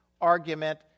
argument